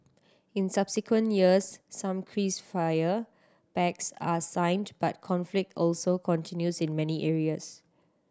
in subsequent years some crease fire pacts are signed but conflict also continues in many areas